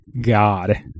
God